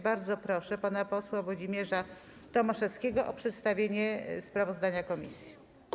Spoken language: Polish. Bardzo proszę pana posła Włodzimierza Tomaszewskiego o przedstawienie sprawozdania komisji.